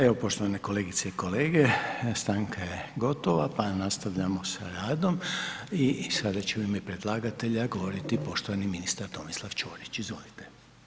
Evo poštovane kolegice i kolege, stanka je gotova, pa nastavljamo sa radom i sada će u ime predlagatelja govoriti poštovani ministar Tomislav Ćorić, izvolite.